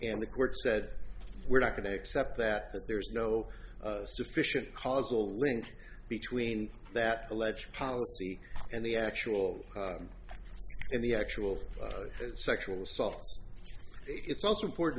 and the court said we're not going to accept that that there is no sufficient causal link between that alleged policy and the actual and the actual sexual assault it's also important